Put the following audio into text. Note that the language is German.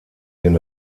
den